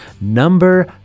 number